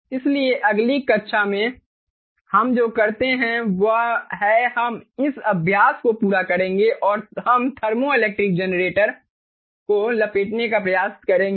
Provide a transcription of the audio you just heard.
इसलिए अगली कक्षा में हम जो करते हैं वह है हम इस अभ्यास को पूरा करेंगे और हम थर्मोइलेक्ट्रिक जनरेटर को लपेटने का प्रयास करेंगे